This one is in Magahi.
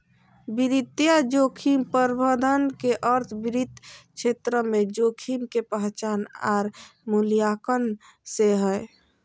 वित्तीय जोखिम प्रबंधन के अर्थ वित्त क्षेत्र में जोखिम के पहचान आर मूल्यांकन से हय